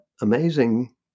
amazing